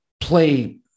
play